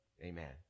Amen